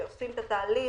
שעושים את התהליך,